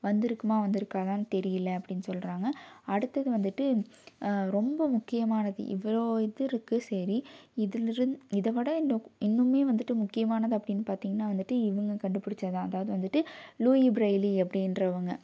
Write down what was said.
வந்திருக்குமா வந்திருக்காதான்னு தெரியலை அப்படின்னு சொல்கிறாங்க அடுத்தது வந்துட்டு ரொம்ப முக்கியமானது இவ்வளோ இது இருக்குது சரி இதில் இருந்து இதைவிட இன்னும் இன்னுமே வந்துட்டு முக்கியமானது அப்படின்னு பார்த்தீங்கன்னா வந்துட்டு இவங்க கண்டுபிடிச்சது தான் அதாவது வந்துட்டு லூயி பிரெய்லி அப்படிகிறவங்க